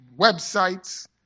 websites